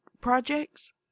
projects